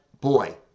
boy